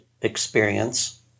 experience